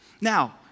Now